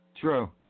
True